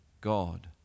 God